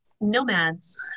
nomads